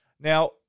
Now